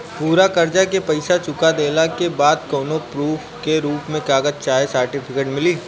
पूरा कर्जा के पईसा चुका देहला के बाद कौनो प्रूफ के रूप में कागज चाहे सर्टिफिकेट मिली?